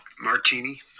martini